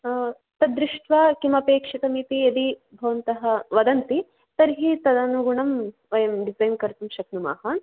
तद् दृष्ट्वा किमपेक्षितमिति यदि भवन्तः वदन्ति तर्हि तदनुगुणं वयं डिसैन् कर्तुं शक्नुमः